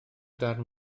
darn